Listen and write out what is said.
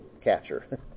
Catcher